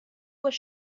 was